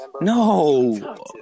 No